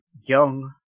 young